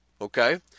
Okay